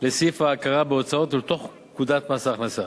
לסעיף ההכרה בהוצאות ולתוך פקודת מס הכנסה.